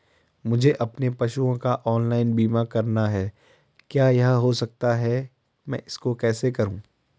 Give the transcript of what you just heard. मुझे अपने पशुओं का ऑनलाइन बीमा करना है क्या यह हो सकता है मैं इसको कैसे करूँ?